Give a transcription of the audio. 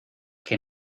que